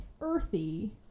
earthy